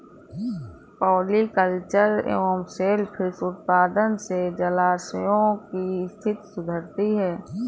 polyculture एवं सेल fish उत्पादन से जलाशयों की स्थिति सुधरती है